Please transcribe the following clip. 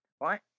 right